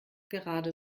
gerade